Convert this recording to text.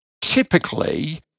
Typically